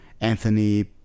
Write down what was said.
Anthony